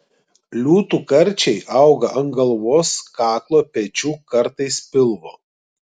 liūtų karčiai auga ant galvos kaklo pečių kartais pilvo